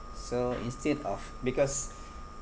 so instead of because